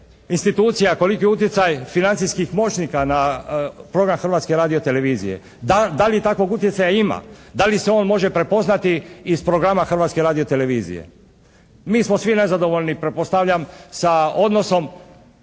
institucija, koliki je utjecaj financijskih moćnika na program Hrvatske radio-televizije, da li takvog utjecaja ima, da li se on može prepoznati iz programa Hrvatske radio-televizije. Mi smo svi nezadovoljni pretpostavljam sa odnosom